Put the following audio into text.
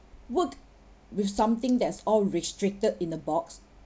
work with something that's all restricted in a box